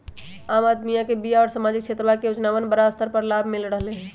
आम अदमीया के बीमा और सामाजिक क्षेत्रवा के योजनावन के बड़ा स्तर पर लाभ मिल रहले है